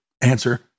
answer